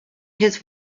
his